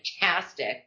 fantastic